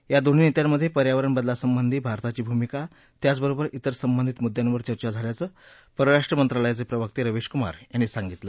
आ दोन्ही नस्यांनी पर्यावरण बदला संबंधी भारताची भूमिका त्याचबरोबर त्रिर संबंधित मुद्यांवर चर्चा कल्याचं परराष्ट्र मंत्रालयाच प्रिवर्त्त रेविश कुमार यांनी सांगितलं